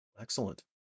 excellent